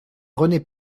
rené